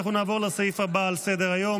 אנחנו נעבור לסעיף הבא על סדר-היום,